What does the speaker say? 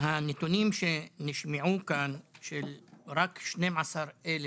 והנתונים שנשמעו כאן של רק 12,000